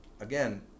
Again